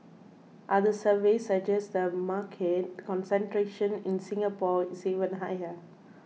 other surveys suggest the market concentration in Singapore is even higher